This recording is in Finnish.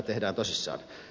puhemies